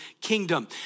kingdom